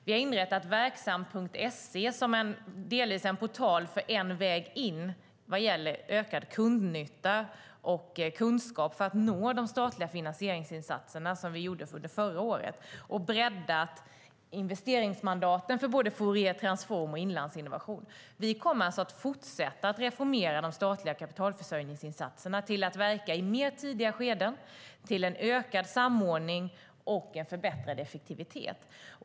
Vi har inrättat verksam.se som delvis är en portal för en väg in vad gäller ökad kundnytta och kunskap för att nå de statliga finansieringsinsatser vi gjorde under förra året, och vi har breddat investeringsmandaten för både Fouriertransform och Inlandsinnovation. Vi kommer alltså att fortsätta att reformera de statliga kapitalförsörjningsinsatserna till att verka i tidigare skeden, till en ökad samordning och till en förbättrad effektivitet.